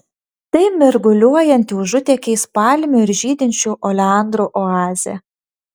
tai mirguliuojanti užutėkiais palmių ir žydinčių oleandrų oazė